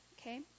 Okay